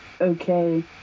okay